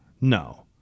No